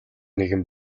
нэгэн